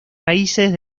raíces